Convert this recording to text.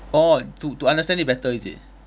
orh to to understand it better is it